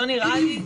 לא נראה לי.